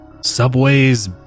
subway's